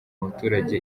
abaturage